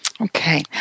Okay